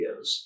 videos